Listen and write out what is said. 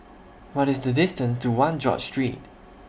What IS The distance to one George Street